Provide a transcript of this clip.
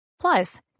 Plus